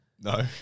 no